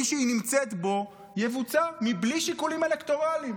שהיא נמצאת בו יבוצע מבלי שיקולים אלקטורליים.